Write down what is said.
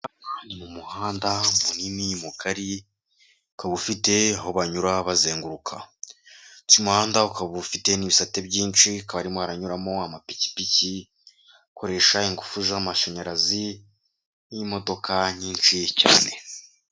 Aha ni muhanda munini mugari, ukaba ubufite aho banyura bazenguruka. Uyu muhanda ukaba ufite n'ibisate byinshi, hakaba harimo haranyuramo amapikipiki akoresha ingufu z'amashanyarazi n'imodoka nyinshi cyane.